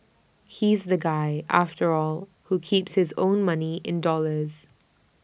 he's the guy after all who keeps his own money in dollars